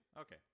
Okay